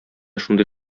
шундый